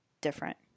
different